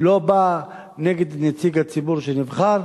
לא בא נגד נציג הציבור שנבחר.